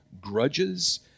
grudges